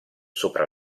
sopra